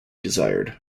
desired